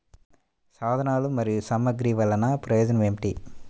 సాధనాలు మరియు సామగ్రి వల్లన ప్రయోజనం ఏమిటీ?